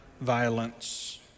violence